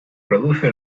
produce